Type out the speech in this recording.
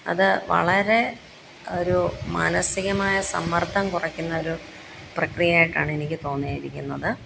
അത് വളരെ ഒരു മാനസികമായ സമ്മർദ്ദം കുറയ്ക്കുന്ന ഒരു പ്രക്രിയ ആയിട്ടാണ് എനിക്ക് തോന്നിയിരിക്കുന്നത്